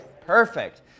Perfect